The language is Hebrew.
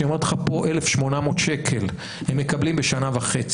כשהיא אומרת לך פה שהם מקבלים 1,800 שקל במשך שנה וחצי,